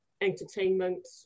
entertainment